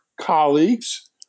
colleagues